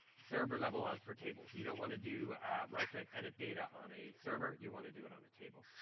server level as for tables. you don't want to do right click edit data on a server. you want to do it on a table.